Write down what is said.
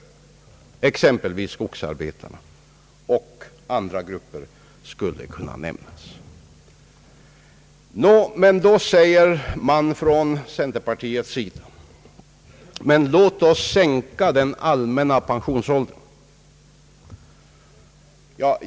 Detta gäller exempelvis skogsarbetarna, och andra grupper skulle kunna nämnas. Då säger man från centerpartiets sida: Låt oss sänka den allmänna pensionsåldern!